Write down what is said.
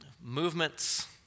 movements